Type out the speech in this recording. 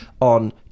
on